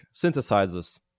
synthesizers